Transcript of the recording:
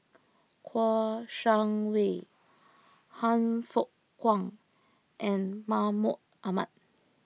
Kouo Shang Wei Han Fook Kwang and Mahmud Ahmad